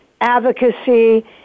advocacy